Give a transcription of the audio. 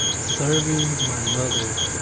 serving my mother